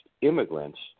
immigrants